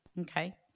Okay